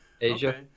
Asia